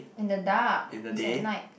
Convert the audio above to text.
in the dark it's at night